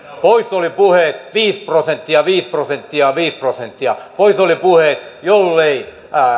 poissa olivat puheet viisi prosenttia viisi prosenttia viisi prosenttia poissa olivat puheet jollei